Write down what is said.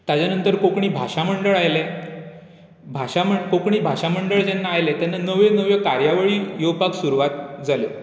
ताच्या नंतर कोंकणी भाशा मंडळ आयलें भाशा मंडळ कोंकणी भाशा मंडळ जेन्ना आयलें तेन्ना नव्यो नव्यो कार्यावळी येवपाक सुरवात जाल्यो